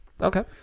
Okay